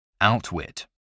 Outwit